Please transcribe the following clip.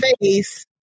face